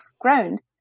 ground